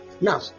now